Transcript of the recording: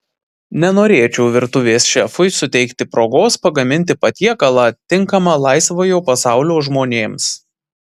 nenorėčiau virtuvės šefui suteikti progos pagaminti patiekalą tinkamą laisvojo pasaulio žmonėms